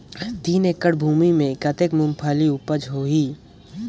तीन एकड़ भूमि मे कतेक मुंगफली उपज होही?